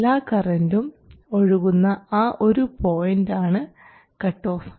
എല്ലാ കറന്റും ഒഴുകുന്ന ആ ഒരു പോയിൻറ് ആണ് കട്ട് ഓഫ്